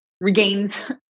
regains